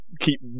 keep